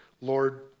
Lord